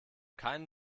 keinen